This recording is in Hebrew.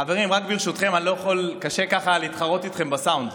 חברים, רק ברשותכם, קשה ככה להתחרות איתכם בסאונד.